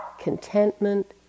contentment